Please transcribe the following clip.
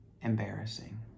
embarrassing